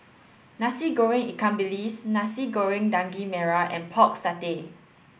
Nasi Goreng Ikan Bilis Nasi Goreng Daging Merah and pork satay